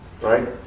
Right